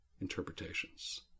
interpretations